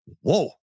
Whoa